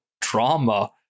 drama